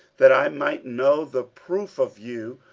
that i might know the proof of you,